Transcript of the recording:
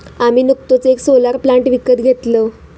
आम्ही नुकतोच येक सोलर प्लांट विकत घेतलव